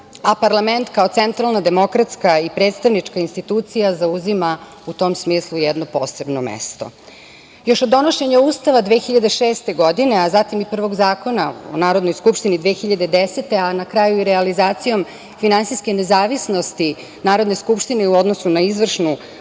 a parlament kao centralna demokratska i prestonička institucija zauzima u tom smislu jedno posebno mesto. Još od donošenja Ustava 2006. godine, a zatim i prvog zakona u Narodnoj skupštini 2010. godine, a na kraju i realizacijom finansijske nezavisnosti Narodne skupštine u odnosu na izvršnu